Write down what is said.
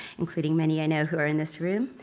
including many i know who are in this room.